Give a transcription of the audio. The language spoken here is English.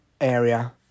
area